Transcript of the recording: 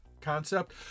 concept